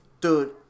Dude